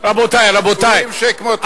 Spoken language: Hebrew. צבועים שכמותכם.